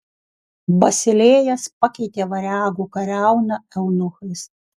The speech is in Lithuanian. basilėjas pakeitė variagų kariauną eunuchais